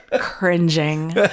cringing